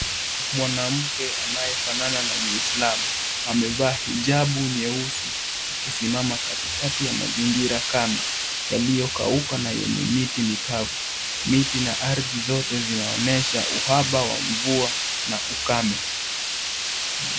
Mwanamke anayefanana na muislamu amevaa hijabu nyeusi akisimama katikati ya mazingira kame yaliyokauka na yenye miti mikavu. Miti na ardhi zote zinaonesha uhaba wa mvua na ukame.